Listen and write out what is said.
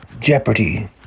Jeopardy